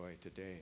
today